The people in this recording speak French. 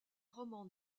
romans